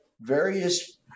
various